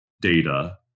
data